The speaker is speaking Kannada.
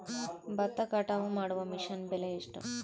ಭತ್ತ ಕಟಾವು ಮಾಡುವ ಮಿಷನ್ ಬೆಲೆ ಎಷ್ಟು?